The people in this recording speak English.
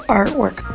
artwork